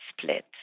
split